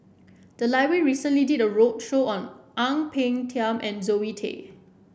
the library recently did a roadshow on Ang Peng Tiam and Zoe Tay